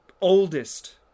oldest